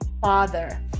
father